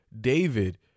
David